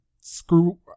screw